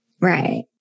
Right